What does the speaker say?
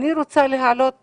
אני רוצה להעלות כאן,